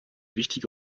wichtige